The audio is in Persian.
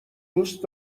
دوست